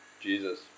Jesus